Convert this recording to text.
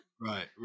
right